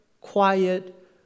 quiet